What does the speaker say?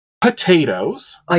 potatoes